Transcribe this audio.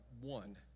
one